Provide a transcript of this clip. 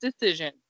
decision